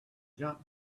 jump